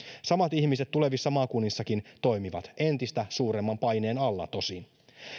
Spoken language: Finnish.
samat ihmiset tulevissa maakunnissakin toimivat entistä suuremman paineen alla tosin